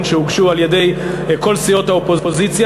שהוגשו על-ידי כל סיעות האופוזיציה,